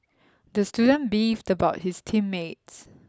the student beefed about his team mates